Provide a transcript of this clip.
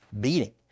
Beating